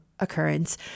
Occurrence